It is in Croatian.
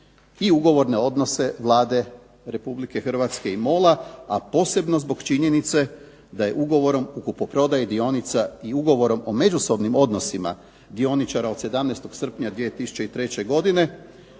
i ugovorne odnose Vlade Republike Hrvatske i MOL-a, a posebno zbog činjenice da je ugovorom o kupoprodaji dionica i ugovorom o međusobnim odnosima dioničara od 17. srpnja 2003. godine